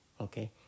Okay